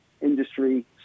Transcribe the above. industry